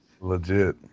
legit